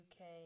uk